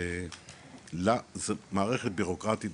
זאת מערכת בירוקרטית,